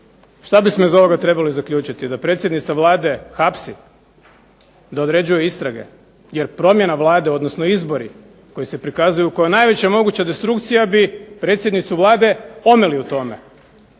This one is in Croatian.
Šta bismo iz ovoga trebali zaključiti? Da predsjednica Vlade hapsi? Da određuje istrage? Jer promjena Vlade, odnosno izbori koji se prikazuju kao najveća moguća destrukcija bi predsjednicu Vlade omeli u tome.